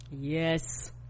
yes